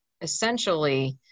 essentially